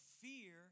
fear